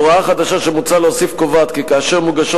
הוראה חדשה שמוצע להוסיף קובעת כי כאשר מוגשות